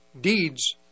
Deeds